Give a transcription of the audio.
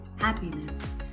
happiness